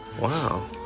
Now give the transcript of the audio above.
Wow